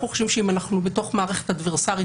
אנחנו חושבים שאם אנחנו בתוך מערכת אדברסרית